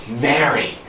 Mary